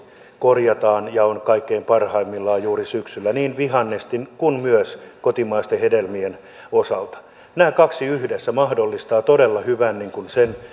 korjataan ja on kaikkein parhaimmillaan juuri syksyllä niin vihannesten kuin myös kotimaisten hedelmien osalta nämä kaksi yhdessä mahdollistavat todella hyvän